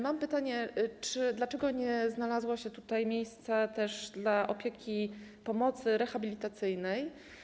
Mam pytanie: Dlaczego nie znalazło się tutaj miejsce też dla opieki, pomocy rehabilitacyjnej?